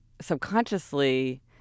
subconsciously